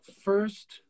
first